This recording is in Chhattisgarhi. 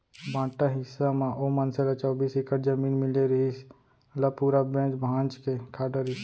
बांटा हिस्सा म ओ मनसे ल चौबीस एकड़ जमीन मिले रिहिस, ल पूरा बेंच भांज के खा डरिस